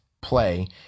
play